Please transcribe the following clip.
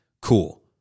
cool